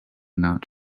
not